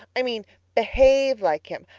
i mean behave like him.